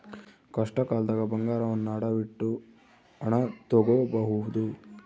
ಕಷ್ಟಕಾಲ್ದಗ ಬಂಗಾರವನ್ನ ಅಡವಿಟ್ಟು ಹಣ ತೊಗೋಬಹುದು